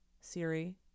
Siri